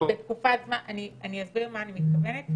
אסביר למה אני מתכוונת.